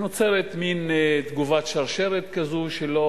נוצרת מין תגובת שרשרת כזו, שלא